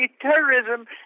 terrorism